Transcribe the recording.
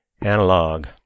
analog